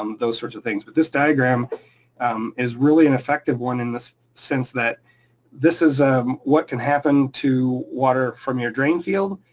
um those sorts of things, but this diagram um is really an effective one in the sense that this is what can happen to water from your drain field.